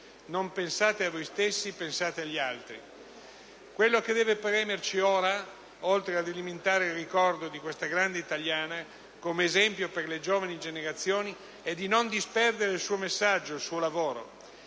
«Non pensate a voi stessi, pensate agli altri». Quello che deve premerci ora, oltre ad alimentare il ricordo di questa grande italiana come esempio per le giovani generazioni, è di non disperdere il suo messaggio, il suo lavoro.